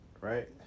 right